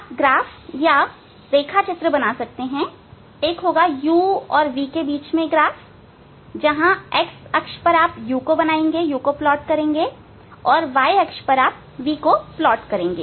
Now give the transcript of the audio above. आप ग्राफ या रेखाचित्र बना सकते हैं एक होगा u vs v ग्राफ ठीक है x अक्ष पर आप u को प्लाट करेंगे या बनाएंगे और y अक्ष पर आप v को प्लॉट करेंगे